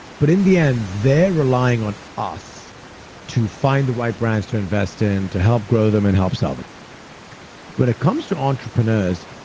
but in the end, they're relying on us to find the right brands to invest in, to help grow them and help sell them when it comes to entrepreneurs,